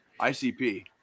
ICP